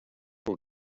will